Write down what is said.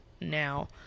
now